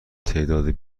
تعداد